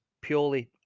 Purely